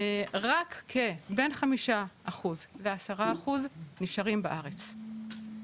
רק כ- בין 5% ל- 10% נשארים בארץ.